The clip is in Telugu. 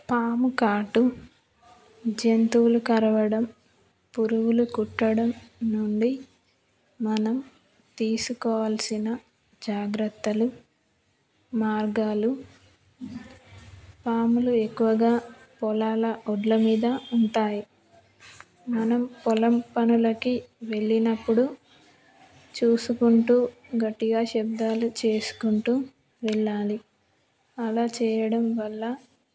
పాము కాటు జంతువులు కరవడం పురుగులు కుట్టడం నుండి మనం తీసుకోవల్సిన జాగ్రత్తలు మార్గాలు పాములు ఎక్కువగా పొలాల వడ్ల మీద ఉంటాయి మనం పొలం పనులకి వెళ్ళినప్పుడు చూసుకుంటూ గట్టిగా శబ్దాలు చేసుకుంటూ వెళ్ళాలి అలా చేయడం వల్ల